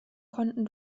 konnten